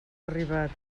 arribat